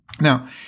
Now